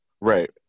Right